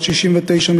בת 69,